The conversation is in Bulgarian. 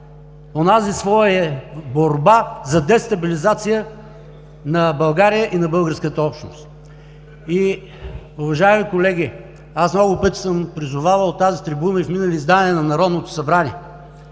онази своя борба за дестабилизация на България и на българската общност. Уважаеми колеги, аз много пъти съм призовавал от тази трибуна и в минали издания на Народното събрание: